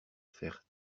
faire